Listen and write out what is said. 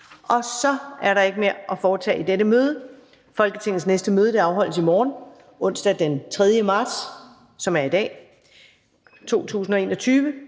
Der er ikke mere at foretage i dette møde. Folketingets næste møde afholdes i dag, onsdag den 3. marts 2021,